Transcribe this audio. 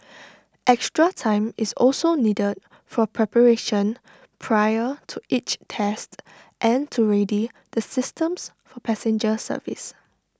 extra time is also needed for preparation prior to each test and to ready the systems for passenger service